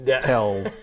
Tell